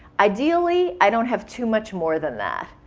ideally, i don't have too much more than that.